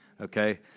Okay